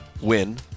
win